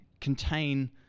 contain